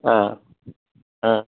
অ অ